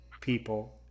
people